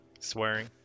Swearing